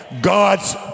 God's